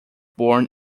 born